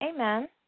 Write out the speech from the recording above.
Amen